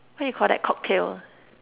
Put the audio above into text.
what do you Call that cocktail ah